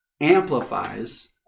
amplifies